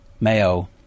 Mayo